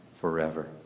forever